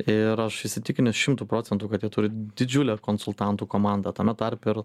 ir aš įsitikinęs šimtu procentų kad jie turi didžiulę konsultantų komandą tame tarpe ir